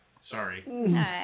Sorry